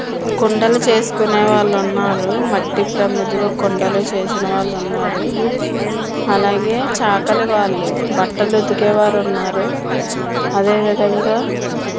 కుండలు చేసుకునే వాళ్ళు ఉన్నారు మట్టి ప్రమిదలు కుండలు చేసిన వాళ్ళు ఉన్నారు అలాగే చాకలి వాళ్ళు బట్టలు ఉతికేవారు ఉన్నారు అదేవిధంగా